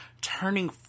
turning